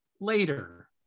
later